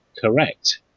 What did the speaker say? correct